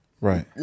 Right